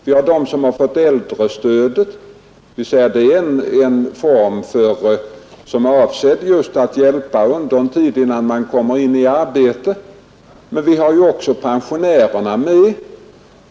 Vi har de som fått äldrestödet — det är en stödform som är avsedd just att hjälpa under en tid, innan man på nytt kommer in i arbete. Men vi har också pensionärerna med.